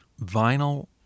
vinyl